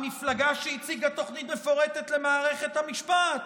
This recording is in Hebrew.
המפלגה שהציגה תוכנית מפורטת למערכת המשפט,